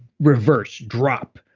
reversed, drop.